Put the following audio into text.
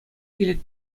килет